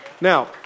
Now